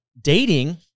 Dating